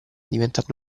diventando